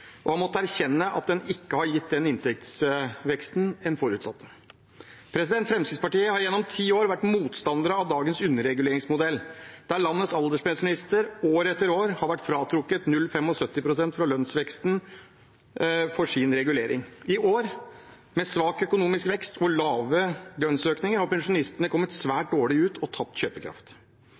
og har måttet erkjenne at den ikke har gitt den inntektsveksten en forutsatte. Fremskrittspartiet har gjennom ti år vært motstandere av dagens underreguleringsmodell, der landets alderspensjonister år etter år har blitt fratrukket 0,75 pst. fra lønnsveksten i sin regulering. I år med svak økonomisk vekst og lave lønnsøkninger har pensjonistene kommet svært dårlig ut og tapt kjøpekraft.